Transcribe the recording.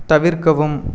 தவிர்க்கவும்